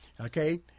okay